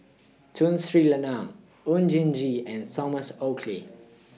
Tun Sri Lanang Oon Jin Gee and Thomas Oxley